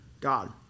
God